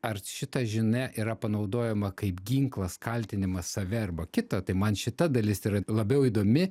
ar šita žinia yra panaudojama kaip ginklas kaltinimas save arba kitą tai man šita dalis yra labiau įdomi